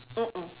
mm mm